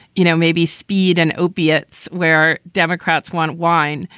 you know, maybe speed and opiates where democrats want wine.